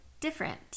different